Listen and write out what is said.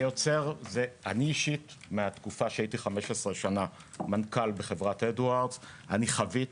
אני הייתי 15 מנכ"ל בחברת אדוארדס ואני חוויתי